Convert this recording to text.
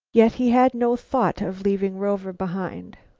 yet he had no thought of leaving rover behind.